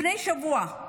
לפני שבוע,